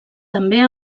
també